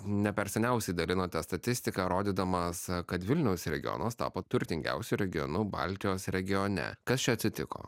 ne per seniausiai dalinotės statistika rodydamas kad vilniaus regionas tapo turtingiausiu regionu baltijos regione kas čia atsitiko